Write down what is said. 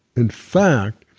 in fact,